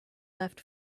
left